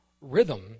Rhythm